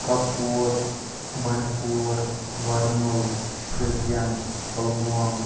Kupwara Bandipora Varmul Shopian Pulwama